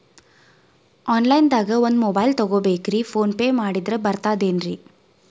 Online ದಾಗ ಒಂದ್ mobile ತಗೋಬೇಕ್ರಿ ಫೋನ್ ಪೇ ಮಾಡಿದ್ರ ಬರ್ತಾದೇನ್ರಿ?